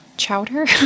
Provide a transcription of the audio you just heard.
Chowder